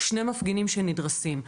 שני מפגינים שנדרסים.